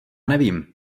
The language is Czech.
nevím